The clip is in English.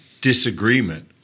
disagreement